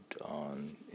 on